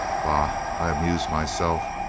bah, i amuse myself,